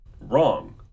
wrong